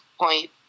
point